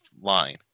line